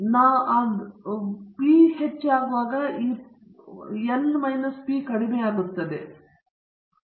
ಹಾಗಾಗಿ ನಿಯತಾಂಕಗಳ ಸಂಖ್ಯೆಯು ಹೆಚ್ಚಾಗುವಾಗ ನಾನು ಮೊದಲಿಗೆ ಹೇಳಿದಂತೆ k ಪ್ಲಸ್ 1 ಗೆ ಸಮಾನವಾಗಿರುತ್ತದೆ